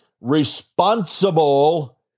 responsible